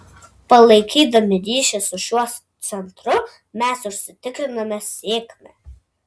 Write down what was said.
palaikydami ryšį su šiuo centru mes užsitikriname sėkmę